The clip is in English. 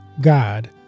God